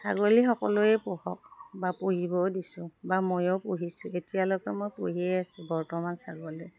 ছাগলী সকলোৱে পোহক বা পুহিব দিছোঁ বা ময়ো পুহিছো এতিয়ালৈকে মই পুহিয়ে আছোঁ বৰ্তমান ছাগলী